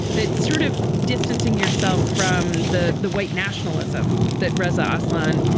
that sort of distancing yourself from the the white nationalism that reza aslan,